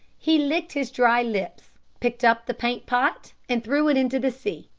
he licked his dry lips, picked up the paint-pot, and threw it into the sea.